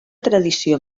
tradició